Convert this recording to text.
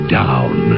down